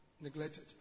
neglected